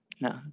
No